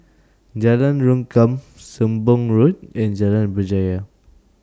Jalan Rengkam Sembong Road and Jalan Berjaya